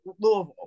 Louisville